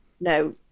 no